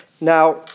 Now